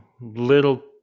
little